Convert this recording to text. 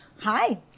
Hi